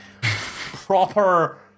proper